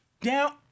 Down